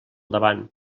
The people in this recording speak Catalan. davant